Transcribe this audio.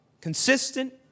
consistent